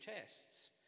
tests